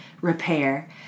repair